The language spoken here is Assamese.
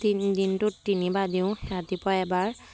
তিনি দিনটোত তিনিবাৰ দিওঁ ৰাতিপুৱা এবাৰ